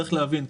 צריך להבין,